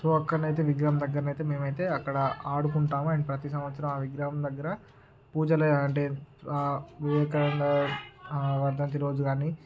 so అక్కడనయితే ఆ విగ్రహం దగ్గరనయితే మేమైతే అక్కడ ఆడుకుంటాము అండ్ ప్రతి సంవత్సరం ఆ విగ్రహం దగ్గర పూజలు అవి అంటే వివేకానంద వర్ధంతి రోజు గాని